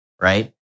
right